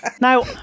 Now